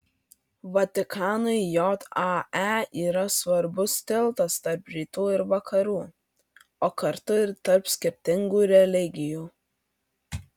vatikanui jae yra svarbus tiltas tarp rytų ir vakarų o kartu ir tarp skirtingų religijų